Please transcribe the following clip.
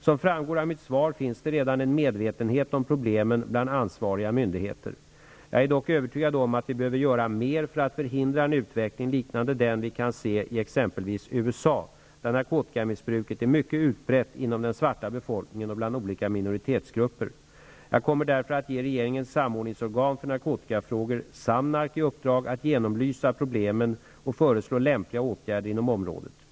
Som framgår av mitt svar finns det redan en medvetenhet om problemen bland ansvariga myndigheter. Jag är dock övertygad om att vi behöver göra mer för att förhindra en utveckling liknande den vi kan se i exempelvis USA, där narkotikamissbruket är mycket utbrett inom den svarta befolkningen och bland olika minoritetsgrupper. Jag kommer därför att ge regeringens samordningsorgan för narkotikafrågor, SAMNARK, i uppdrag att genomlysa problemen och föreslå lämpliga åtgärder inom området.